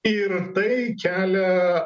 ir tai kelia